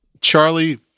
Charlie